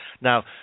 Now